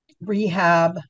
rehab